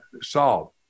solved